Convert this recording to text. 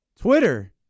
Twitter